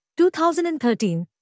2013